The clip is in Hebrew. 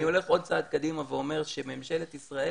אני הולך עוד צעד קדימה ואומר שממשלת ישראל,